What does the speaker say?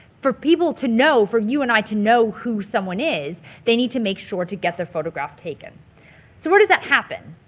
for people to know, for you and i to know who someone is they need to make sure to get their photograph taken. so where does that happen?